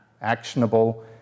actionable